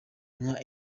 nka